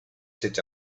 zit